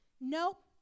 Nope